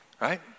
Right